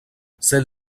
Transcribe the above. celle